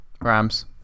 Rams